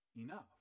enough